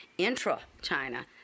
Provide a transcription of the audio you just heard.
Intra-China